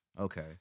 Okay